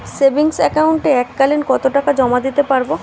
Savings একাউন্টে এক কালিন কতটাকা জমা দিতে পারব?